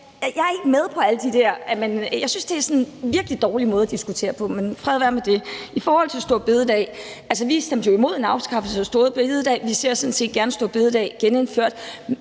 Jeg er ikke med på alt det der, og jeg synes, at det er en virkelig dårlig måde at diskutere på. Fred være med det. I forhold til store bededag stemte vi jo imod en afskaffelse. Vi ser sådan set gerne store bededag genindført.